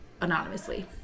anonymously